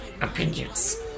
opinions